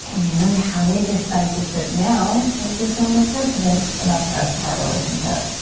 and how we decide to sit now will determine a precedent about the rest of our relationship.